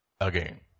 again